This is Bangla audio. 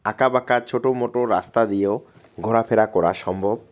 আঁকা বাঁকা ছোটো মোটো রাস্তা দিয়েও ঘোরাফেরা করা সম্ভব